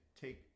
take